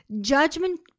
Judgment